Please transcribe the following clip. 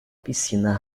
piscina